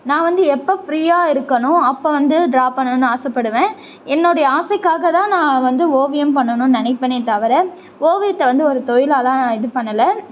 நான் வந்து எப்போ ஃப்ரீயாக இருக்கேனோ அப்போ வந்து ட்ரா பண்ணணும்னு ஆசைப்படுவேன் என்னுடைய ஆசைக்காக தான் நான் வந்து ஓவியம் பண்ணணும்னு நினைப்பனே தவிர ஓவியத்தை வந்து ஒரு தொழிலாகலாம் இது பண்ணலை